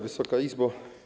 Wysoka Izbo!